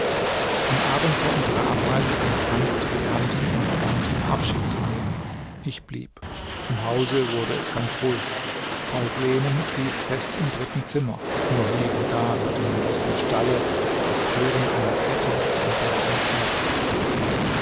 am abend vor unserer abreise ging franz zu bekannten und verwandten abschied zu nehmen ich blieb im hause wurde es ganz ruhig frau glenen schlief fest im dritten zimmer nur hie und da hörte man aus dem stalle das klirren einer kette an der ein pferd riß